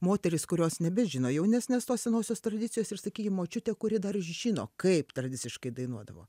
moterys kurios nebežino jaunesnės tos senosios tradicijos sakykim močiutė kuri dar žino kaip tradiciškai dainuodavo